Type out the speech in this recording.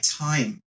time